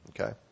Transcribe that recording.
Okay